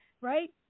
right